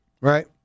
right